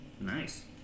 Nice